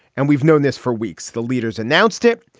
and we've known this for weeks. the leaders announced it.